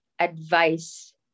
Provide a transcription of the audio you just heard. advice